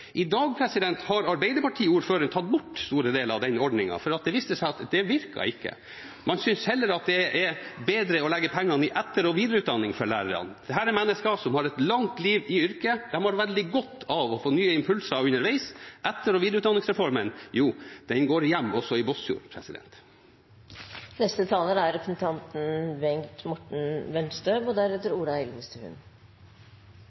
I dag har arbeiderpartiordføreren tatt bort store deler av den ordningen, for det viste seg at det virket ikke. Man synes heller at det er bedre å legge pengene i etter- og videreutdanning for lærerne. Dette er mennesker som har et langt liv i yrket, og de har veldig godt av å få nye impulser underveis. Etter- og videreutdanningsreformen går hjem også i Båtsfjord. En av de mest grunnleggende verdier i et samfunn er